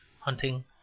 hunting